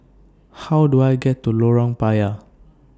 How Do I get to Lorong Payah